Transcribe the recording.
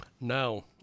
No